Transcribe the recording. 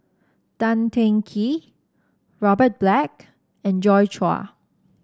Tan Teng Kee Robert Black and Joi Chua